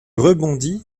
rebondis